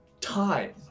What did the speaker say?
time